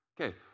Okay